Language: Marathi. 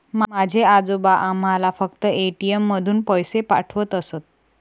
माझे आजोबा आम्हाला फक्त ए.टी.एम मधून पैसे पाठवत असत